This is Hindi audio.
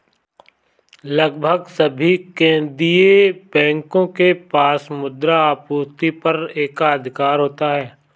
लगभग सभी केंदीय बैंकों के पास मुद्रा आपूर्ति पर एकाधिकार होता है